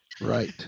right